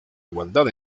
igualdad